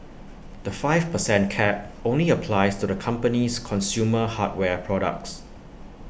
the five per cent cap only applies to the company's consumer hardware products